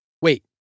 Wait